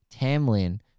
Tamlin